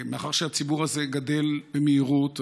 מאחר שהציבור הזה גדל במהירות,